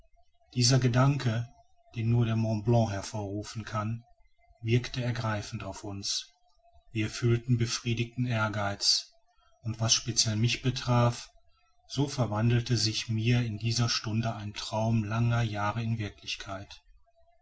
dieser gedanke den nur der mont blanc hervor rufen kann wirkte ergreifend auf uns wir fühlten befriedigten ehrgeiz und was speciell mich betraf so verwandelte sich mir in dieser stunde ein traum langer jahre in wirklichkeit